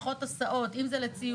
פחות הסעות אם זה לציוד,